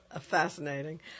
Fascinating